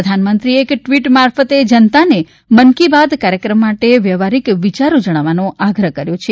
પ્રધાનમંત્રીએ એક ટ્વીટ મારફતે જનતાને મન કી બાત કાર્યક્રમ માટે વ્યવહારિક વિયારો જણાવવાનો આગ્રહ કર્યો છે